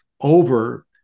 over